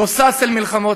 לא שש אל מלחמות.